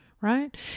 right